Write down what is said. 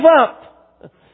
up